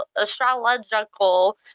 astrological